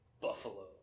buffalo